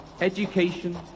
education